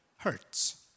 Hurts